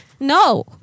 No